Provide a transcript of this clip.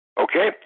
Okay